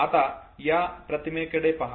आता या प्रतिमेकडे पहा